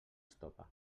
estopa